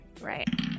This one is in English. Right